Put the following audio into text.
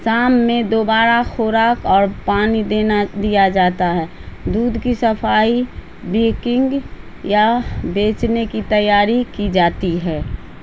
شام میں دوبارہ خوراک اور پانی دینا دیا جاتا ہے دودھ کی صفائی بیکنگ یا بیچنے کی تیاری کی جاتی ہے